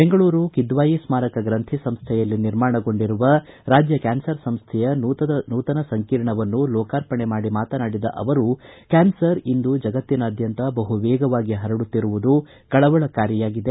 ಬೆಂಗಳೂರು ಕಿದ್ದಾಯಿ ಸ್ಮಾರಕ ಗ್ರಂಥಿಸಂಸ್ಥೆಯಲ್ಲಿ ನಿರ್ಮಾಣಗೊಂಡಿರುವ ರಾಜ್ಯ ಕ್ಯಾನ್ಸರ್ ಸಂಸ್ಥೆಯ ನೂತನ ಸಂಕೀರ್ಣವನ್ನು ಲೋಕಾರ್ಪಣೆ ಮಾಡಿ ಮಾತನಾಡಿದ ಅವರು ಕ್ಕಾನ್ಸರ್ ಇಂದು ಜಗತ್ತಿನಾದ್ಯಂತ ಬಹು ವೇಗವಾಗಿ ಪರಡುತ್ತಿರುವುದು ಕಳವಳಕಾರಿಯಾಗಿದೆ